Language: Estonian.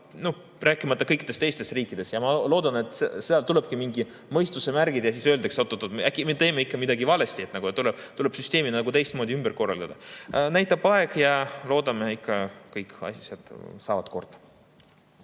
rääkimata kõikidest teistest riikidest. Ma loodan, et sealt tulevadki mingid mõistuse märgid ja siis öeldakse, et äkki me teeme ikka midagi valesti ja tuleb süsteemi teistmoodi korraldada. Eks aeg näitab. Loodame ikka, et kõik asjad saavad korda.